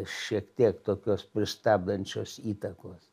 šiek tiek tokios pristabdančios įtakos